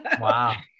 Wow